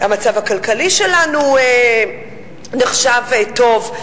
המצב הכלכלי שלנו נחשב טוב,